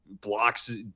blocks